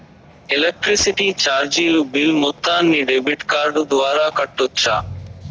Electricity చార్జీలు bill మొత్తాన్ని debit card ద్వారా కట్టొచ్చా?